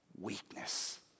weakness